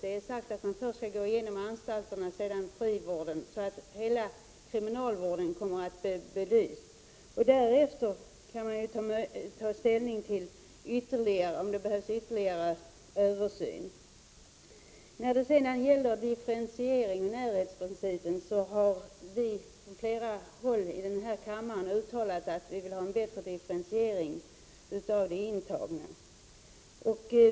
Det har sagts att man först skall gå igenom anstalterna och sedan frivården, så att hela kriminalvården kommer att bli belyst. Därefter kan man ta ställning till om det behövs ytterligare översyn: När det gäller differentiering och närhetsprincipen har vi från flera håll i denna kammare uttalat att vi vill ha en bättre differentiering av de intagna.